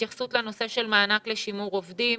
התייחסות לנושא של מענק לשימור עובדים.